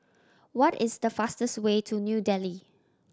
what is the fastest way to New Delhi